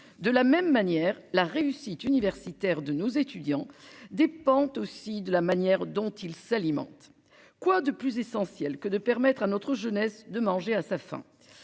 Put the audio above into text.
De la même manière la réussite universitaire de nos étudiants dépend aussi de la manière dont ils s'alimentent quoi de plus essentiel que de permettre à notre jeunesse de manger à sa faim.